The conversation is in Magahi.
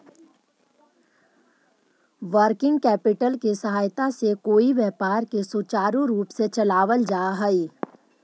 वर्किंग कैपिटल के सहायता से कोई व्यापार के सुचारू रूप से चलावल जा हई